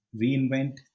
reinvent